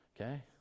Okay